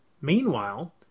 Meanwhile